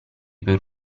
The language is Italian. per